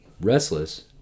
restless